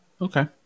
Okay